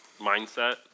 mindset